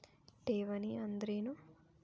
ಠೇವಣಿ ಅಂದ್ರೇನು?